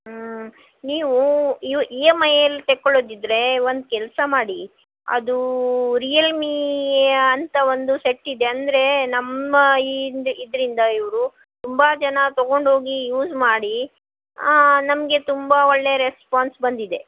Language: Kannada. ಹ್ಞೂ ನೀವು ಇ ಎಮ್ ಐಯಲ್ಲಿ ತಕ್ಕೊಳ್ಳೊದಿದ್ರೇ ಒಂದು ಕೆಲಸ ಮಾಡಿ ಅದು ರಿಯಲ್ಮೀ ಅಂತ ಒಂದು ಸೆಟ್ ಇದೆ ಅಂದರೆ ನಮ್ಮ ಇದರಿಂದ ಇವರು ತುಂಬ ಜನ ತಗೊಂಡೋಗಿ ಯೂಸ್ ಮಾಡಿ ನಮಗೆ ತುಂಬ ಒಳ್ಳೆ ರೆಸ್ಪಾನ್ಸ್ ಬಂದಿದೆ